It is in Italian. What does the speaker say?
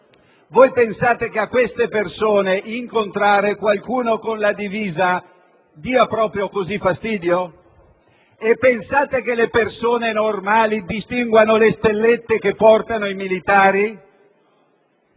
Voi pensate che a queste persone incontrare qualcuno con la divisa dia proprio fastidio? Pensate che le persone normali distinguano le stellette che portano i militari?